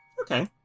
Okay